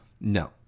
No